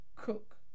cook